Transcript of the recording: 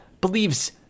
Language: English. believes